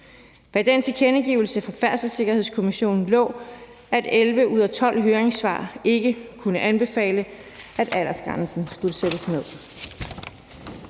Bag den tilkendegivelse fra Færdselssikkerhedskommissionen lå, at 11 ud af 12 høringssvar ikke kunne anbefale, at aldersgrænsen skulle sættes ned.